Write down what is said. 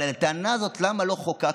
אבל על הטענה הזאת, למה לא חוקקתם,